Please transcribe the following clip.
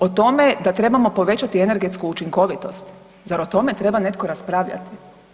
O tome da trebamo povećati energetsku učinkovitost, zar o tome treba netko raspravljat?